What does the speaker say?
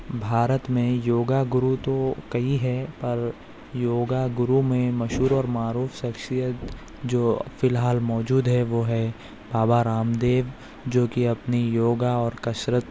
بھارت میں یوگا گرو تو کئی ہیں پر یوگا گرو میں مشہور اور معروف شخصیت جو فی الحال موجود ہے وہ ہے بابا رام دیو جو کہ اپنی یوگا اور کثرت